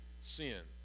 sin